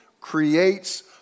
creates